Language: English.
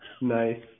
Nice